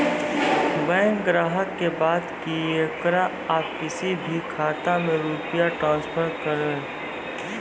Bank ग्राहक के बात की येकरा आप किसी भी खाता मे रुपिया ट्रांसफर करबऽ?